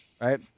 Right